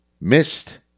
missed